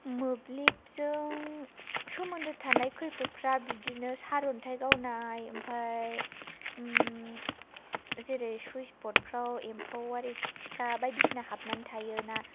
मोब्लिबजों सोमोन्दो थानाय खैफोदफ्रा बिदिनो सार अन्थाइ गावनाय ओमफ्राय जेरै सुइत्स बर्डफ्राव एमफौ आरि थिकथिका बायदिसिना हाबनानै थायोना